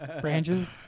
Branches